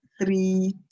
three